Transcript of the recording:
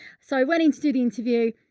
so i went into the interview.